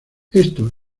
esto